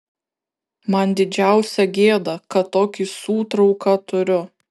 man didžiausia gėda kad tokį sūtrauką turiu